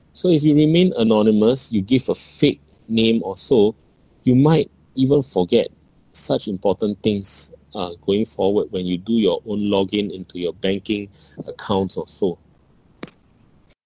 so if you remain anonymous you give a fake name or so you might even forget such important things uh going forward when you do your own log in into your banking accounts or so